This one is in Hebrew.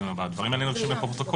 הבא הדברים האלה יירשמו בפרוטוקול,